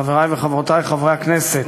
חברי וחברותי חברי הכנסת,